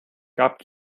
gab